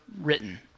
written